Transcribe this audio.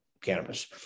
cannabis